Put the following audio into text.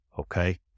Okay